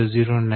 009550